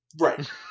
Right